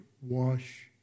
wash